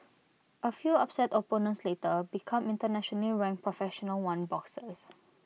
A few upset opponents later become internationally ranked professional one boxers